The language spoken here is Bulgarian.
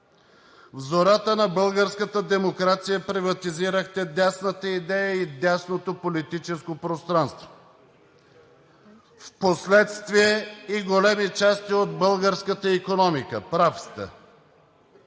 в зората на българската демокрация приватизирахте дясната идея и дясното политическо пространство, впоследствие и големи части от българската икономика.